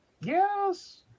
yes